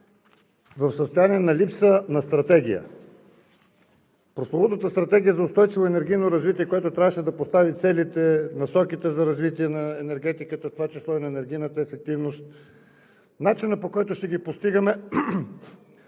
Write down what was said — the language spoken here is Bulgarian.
в състояние на липса на стратегия. Прословутата Стратегия за устойчиво и енергийно развитие, което трябваше да постави целите, насоките за развитие на енергетиката, в това число и на енергийната ефективност, начинът, по който ще ги постигаме,